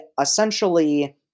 essentially